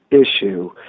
issue